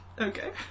okay